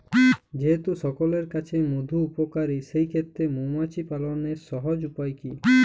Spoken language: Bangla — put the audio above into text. যেহেতু সকলের কাছেই মধু উপকারী সেই ক্ষেত্রে মৌমাছি পালনের সহজ উপায় কি?